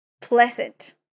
pleasant